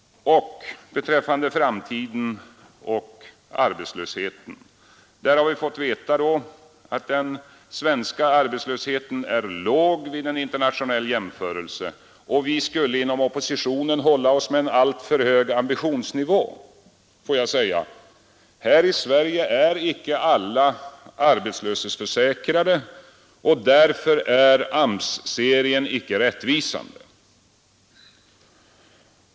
Beträffande framtiden och arbetslösheten har vi fått veta att den svenska arbetslösheten är låg vid en internationell jämförelse och att vi inom oppositionen skulle hålla oss med en alltför hög ambitionsnivå. Här i Sverige är inte alla arbetslöshetsförsäkrade, och därför är AMS-serien inte rättvisande.